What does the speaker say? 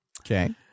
Okay